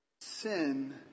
sin